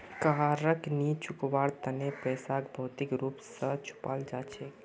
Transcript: कारक नी चुकवार तना पैसाक भौतिक रूप स चुपाल जा छेक